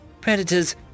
Predators